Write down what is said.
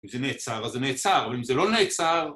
אם זה נעצר, אז זה נעצר, אבל אם זה לא נעצר...